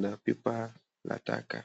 na vifaa na taka.